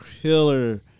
Killer